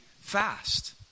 fast